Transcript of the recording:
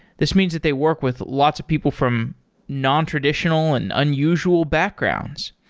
this means that they work with lots of people from nontraditional and unusual backgrounds.